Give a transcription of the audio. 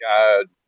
God